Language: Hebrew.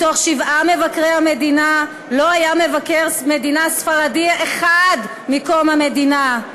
מתוך שבעה מבקרי מדינה לא היה מבקר מדינה ספרדי אחד מקום המדינה,